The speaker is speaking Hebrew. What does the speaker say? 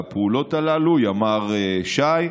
בפעולות הללו, ימ"ר ש"י.